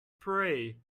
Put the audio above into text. pray